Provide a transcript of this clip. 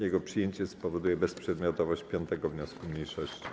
Jego przyjęcie spowoduje bezprzedmiotowość 5. wniosku mniejszości.